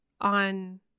on